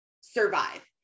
survive